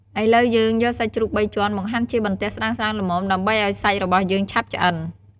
ឥឡូវយើង យកសាច់ជ្រូកបីជាន់មកហាន់ជាបន្ទះស្ដើងៗល្មម ដើម្បីឱ្យសាច់របស់យើងឆាប់ឆ្អិន។